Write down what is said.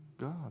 God